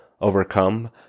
overcome